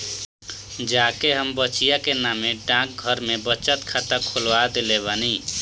जा के हम बचिया के नामे डाकघर में बचत खाता खोलवा देले बानी